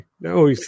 No